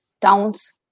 towns